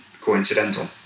coincidental